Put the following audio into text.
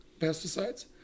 pesticides